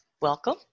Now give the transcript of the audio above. Welcome